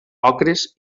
ocres